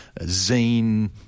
zine